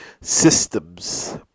systems